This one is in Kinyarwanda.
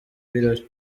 birori